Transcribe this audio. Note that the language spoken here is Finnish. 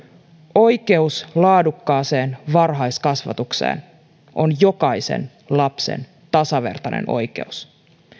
oikeus laadukkaaseen varhaiskasvatukseen on jokaisen lapsen tasavertainen oikeus